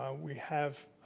ah we have,